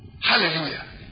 Hallelujah